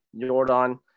Jordan